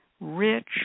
rich